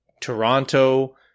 Toronto